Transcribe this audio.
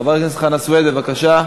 חבר הכנסת חנא סוייד, בבקשה,